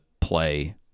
play